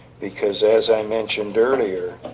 because as i mentioned earlier